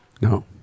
No